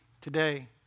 today